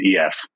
EF